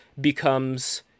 becomes